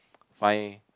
fine